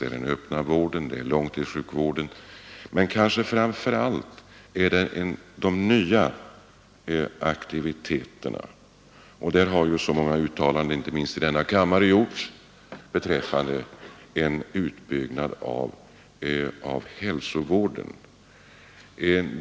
Det är den öppna vården och det är långtidssjukvården. Men framför allt är det kanske de nya aktiviteterna som blir lidande. Inte minst i denna kammare har många uttalanden gjorts för en utbyggnad av hälsovården.